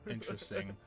Interesting